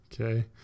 Okay